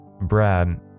Brad